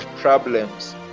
problems